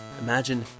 imagine